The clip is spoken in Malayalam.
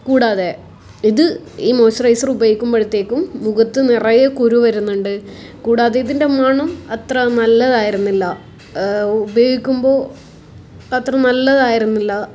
കൂടാതെ ഇത് ഈ മോയ്സ്ചറൈസർ ഉപയോഗിക്കുമ്പോഴത്തേക്കും മുഖത്ത് നിറയെ കുരു വരുന്നുണ്ട് കൂടാതെ ഇതിൻ്റെ മണം അത്ര നല്ലതായിരുന്നില്ല ഉപയോഗിക്കുമ്പോൾ അത്ര നല്ലതായിരുന്നില്ല